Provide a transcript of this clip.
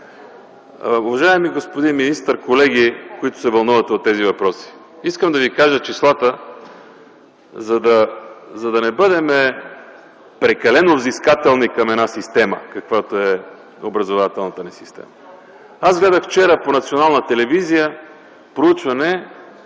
Уважаеми господин министър, колеги, които се вълнувате от тези въпроси, искам да ви кажа числата, за да не бъдем прекалено взискателни към една система, каквато е образователната ни система. Вчера по Българската национална телевизия гледах проучване